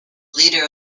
leader